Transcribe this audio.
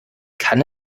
kann